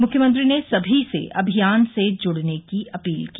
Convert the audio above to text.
मुख्यमंत्री ने सभी से अभियान से जुड़ने की अपील की